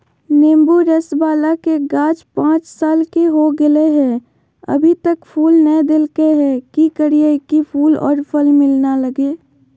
नेंबू रस बाला के गाछ पांच साल के हो गेलै हैं अभी तक फूल नय देलके है, की करियय की फूल और फल मिलना लगे?